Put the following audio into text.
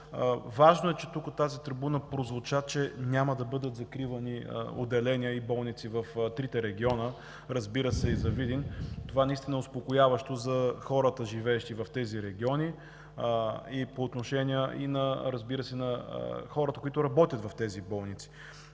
Важно е, че тук, от тази трибуна прозвуча, че няма да бъдат закривани отделения и болници в трите региона, разбира се, и за Видин. Това е успокояващо за хората, живеещи в тези региони, и за хората, които работят в тези болници.